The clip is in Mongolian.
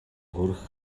хүрэх